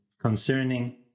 concerning